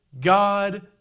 God